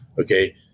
Okay